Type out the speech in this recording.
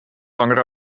langer